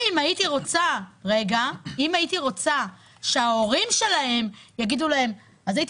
אם הייתי רוצה שההורים שלהם יגידו להם הייתי